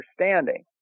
understanding